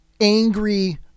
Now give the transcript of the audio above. angry